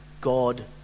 God